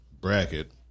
bracket